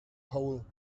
hole